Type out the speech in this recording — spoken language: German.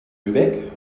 lübeck